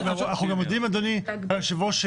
אנחנו יודעים אדוני היושב-ראש,